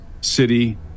city